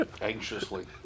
Anxiously